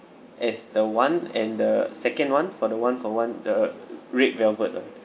as the one and the second one for the one for one the red velvet lah